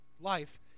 life